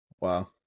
Wow